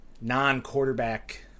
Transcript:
non-quarterback